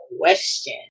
question